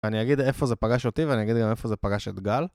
אני אגיד איפה זה פגש אותי ואני אגיד גם איפה זה פגש את גל